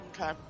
Okay